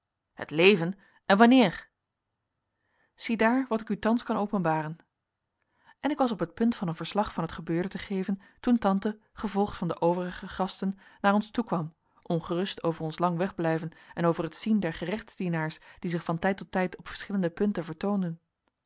het leven en wanneer ziedaar wat ik u thans kan openbaren en ik was op het punt van een verslag van het gebeurde te geven toen tante gevolgd van de overige gasten naar ons toekwam ongerust over ons lang wegblijven en over het zien der gerechtsdienaars die zich van tijd tot tijd op verschillende punten vertoonden